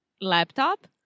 laptop